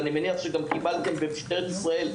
ואני מניח שגם קיבלתם במשטרת ישראל,